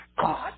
God